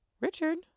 richard